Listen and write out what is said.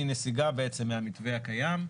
היא נסיגה בעצם מהמתווה הקיים.